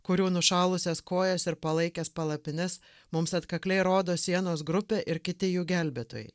kurių nušalusias kojas ir palaikes palapines mums atkakliai rodo sienos grupė ir kiti jų gelbėtojai